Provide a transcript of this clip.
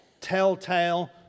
telltale